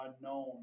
unknown